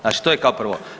Znači to je kao prvo.